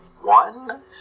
one